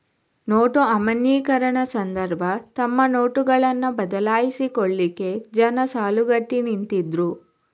note ಅಮಾನ್ಯೀಕರಣ ಸಂದರ್ಭ ತಮ್ಮ ನೋಟುಗಳನ್ನ ಬದಲಾಯಿಸಿಕೊಳ್ಲಿಕ್ಕೆ ಜನ ಸಾಲುಗಟ್ಟಿ ನಿಂತಿದ್ರು